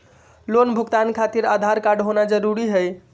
Loan भुगतान खातिर Aadhaar card होना जरूरी है?